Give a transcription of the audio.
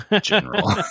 general